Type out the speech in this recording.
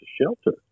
shelter